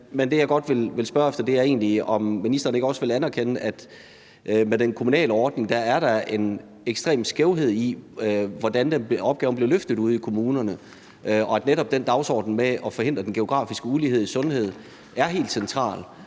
Men det, jeg godt vil spørge om, er egentlig, om ministeren ikke også vil anerkende, at der med den kommunale ordning er en ekstrem skævhed, i forhold til hvordan opgaven bliver løftet ude i kommunerne, og at netop den dagsorden med at forhindre den geografiske ulighed i sundhed er helt central,